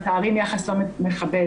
מתארים יחס לא מכבד,